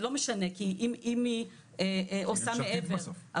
אם היא עושה מעבר,